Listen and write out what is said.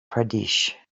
pradesh